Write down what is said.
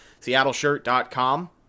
seattleshirt.com